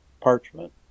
parchment